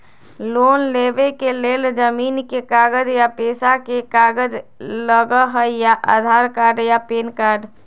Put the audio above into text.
Loan लेवेके लेल जमीन के कागज या पेशा के कागज लगहई या आधार कार्ड या पेन कार्ड?